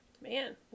Man